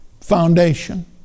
foundation